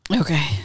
Okay